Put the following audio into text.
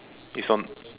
is on